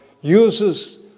uses